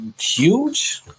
huge